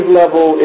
level